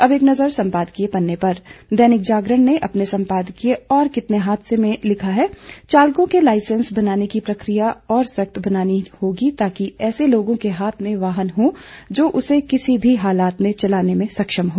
अब एक नज़र सम्पादकीय पन्ने पर दैनिक जागरण अपने सम्पादकीय और कितने हादसे में लिखता है चालकों के लाइसेंस बनाने की प्रक्रिया और सख्त बनानी होगी ताकि ऐसे लोगों के हाथ में वाहन हो जो उसे किसी भी हालात में चलाने में सक्षम हो